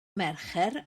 mercher